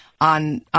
on